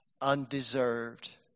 Undeserved